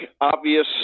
obvious